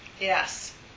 Yes